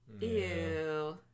Ew